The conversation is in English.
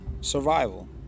survival